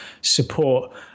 support